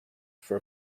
for